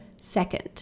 second